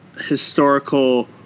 historical